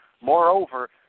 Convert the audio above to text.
Moreover